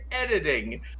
editing